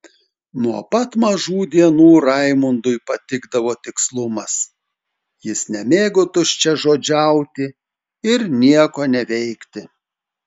nuo pat mažų dienų raimundui patikdavo tikslumas jis nemėgo tuščiažodžiauti ir nieko neveikti